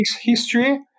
history